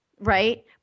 Right